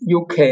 UK